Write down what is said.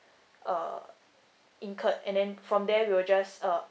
uh incurred and then from there we will just